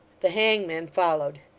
the hangman followed.